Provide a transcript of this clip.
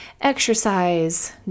exercise